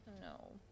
No